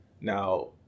Now